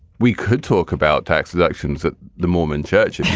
we could talk about tax deductions that the mormon church